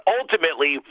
ultimately